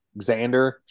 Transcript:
Xander